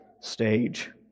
stage